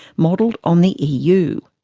modelled on the eu.